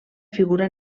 figura